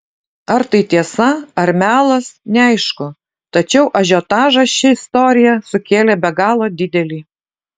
ar tai tiesa ar melas neaišku tačiau ažiotažą ši istorija sukėlė be galo didelį